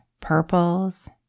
purples